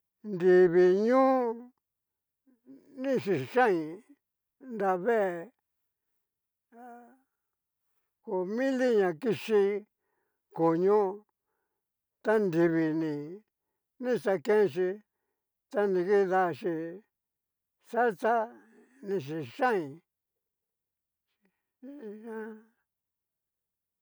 Nrivii ño ni yixain, nravee ña ko mili na kixhi koño, ta nrivii ni, ni xa kenxhi ta ni kidaxhí salsa ni xixhain ni